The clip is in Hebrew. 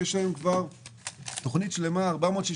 יש היום תוכנית של 460